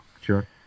sure